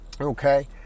okay